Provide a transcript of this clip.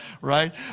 right